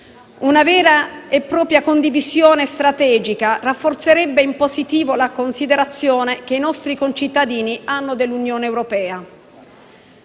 Una vera e propria condivisione strategica rafforzerebbe in positivo la considerazione che i nostri concittadini hanno dell'Unione europea.